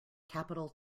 capital